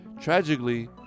Tragically